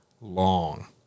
long